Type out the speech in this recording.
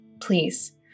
please